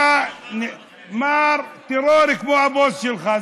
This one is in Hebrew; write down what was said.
אתה מר טרור כמו הבוס שלך.